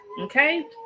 okay